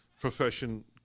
profession